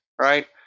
right